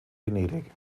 venedig